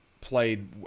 played